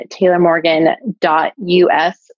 taylormorgan.us